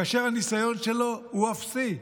כאשר הניסיון שלו הוא אפסי.